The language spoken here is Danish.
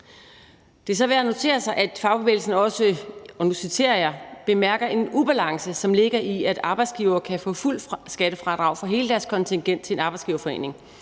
Det er så værd at notere sig, at fagbevægelsen – og nu citerer jeg – bemærker en ubalance, som ligger i, at arbejdsgivere kan få fuldt skattefradrag for hele deres kontingent til en arbejdsgiverforening,